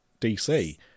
DC